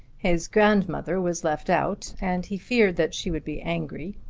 his grandmother was left out and he feared that she would be angry.